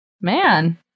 Man